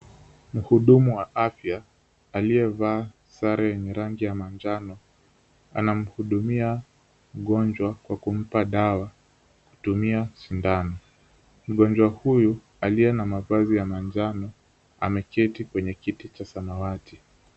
Mhudumu wa afya aliyevaa sare yenye rangi ya manjano. Anamhudumia mgonjwa kwa kumpa dawa kutumia sindano. Mgonjwa huyu aliye na mavazi ya manjano, ameketi kwenye kiti cha samawati.